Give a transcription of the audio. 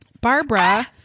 Barbara